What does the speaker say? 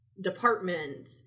department